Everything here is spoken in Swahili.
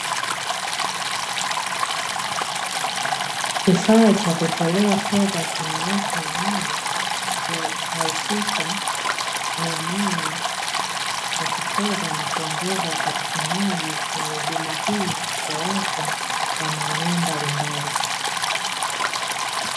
Kifaa cha kutolea fedha kimewekwa imara ikirahisisha miamala ya kifedha ikiongeza upatikanaji na huduma hii kwa watu wa maeneo mbalimbali.